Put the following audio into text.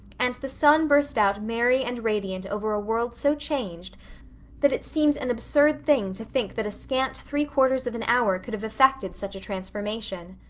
and the sun burst out merry and radiant over a world so changed that it seemed an absurd thing to think that a scant three quarters of an hour could have effected such a transformation.